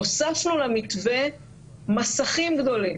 הוספנו למתווה מסכים גדולים,